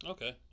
Okay